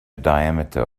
diameter